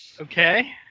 Okay